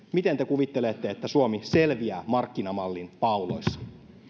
miten te kuvittelette että suomi selviää markkinamallin pauloissa